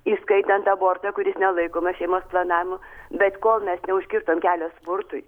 įskaitant abortą kuris nelaikomas šeimos planavimu bet kol mes neužkirtome kelio smurtui